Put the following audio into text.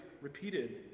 repeated